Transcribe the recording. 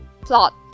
plot